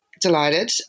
Delighted